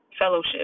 fellowship